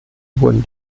wurden